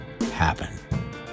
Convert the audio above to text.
happen